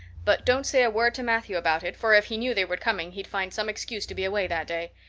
but don't say a word to matthew about it, for if he knew they were coming he'd find some excuse to be away that day.